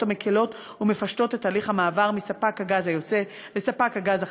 המקלות ומפשטות את הליך המעבר מספק הגז היוצא לספק הגז החדש,